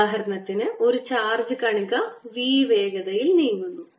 ഉദാഹരണത്തിന് ഒരു ചാർജ് കണിക v വേഗതയിൽ നീങ്ങുന്നു